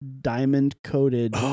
diamond-coated